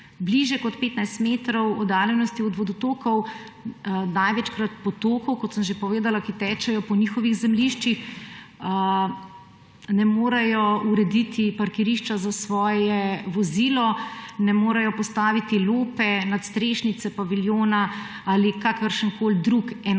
bližje kot 15 metrov oddaljenosti od vodotokov, največkrat potokov, kot sem že povedala, ki tečejo po njihovih zemljiščih, ne morejo urediti parkirišča za svoje vozilo, ne morejo postaviti lope, nadstrešnice, pavilijona ali kakršenkoli drugi enostavni